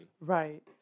Right